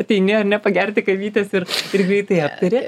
ateini ar ne pagerti kavytės ir ir greitai aptari